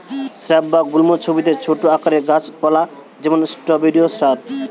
shrub বা গুল্ম হতিছে ছোট আকারের গাছ পালা যেমন স্ট্রওবেরি শ্রাব